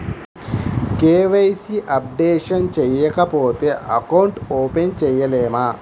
KYC updation చేయకపోతే account open చేయలేమా?